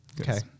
Okay